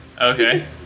Okay